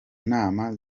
nama